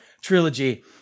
trilogy